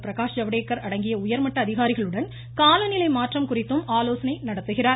பிரகாஷ் ஜவடேகர் அடங்கிய உயர்மட்ட அதிகாரிகளுடன் காலநிலை மாற்றம் குறித்து ஆலோசனை மேற்கொள்கிறார்